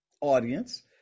audience